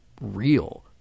real